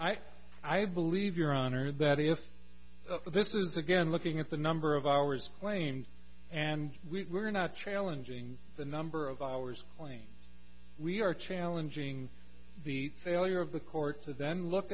i i believe your honor that if this is again looking at the number of hours claimed and we were not challenging the number of hours claims we are challenging the failure of the court so then look